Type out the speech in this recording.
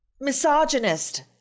misogynist